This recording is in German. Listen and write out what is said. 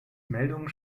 meldungen